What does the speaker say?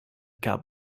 gab